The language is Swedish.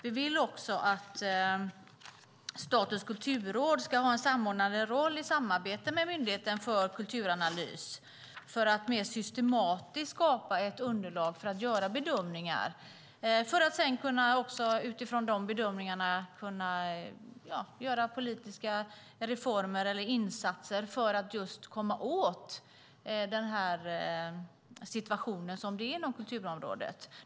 Vi vill också att Statens kulturråd ska ha en samordnande roll i samarbete med Myndigheten för kulturanalys för att mer systematiskt skapa ett underlag för att göra bedömningar. Utifrån de bedömningarna kan man sedan göra politiska reformer eller insatser för att komma åt den situation som är inom kulturområdet.